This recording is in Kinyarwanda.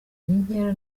inkera